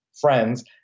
friends